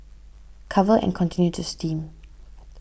cover and continue to steam